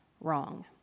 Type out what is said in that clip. wrong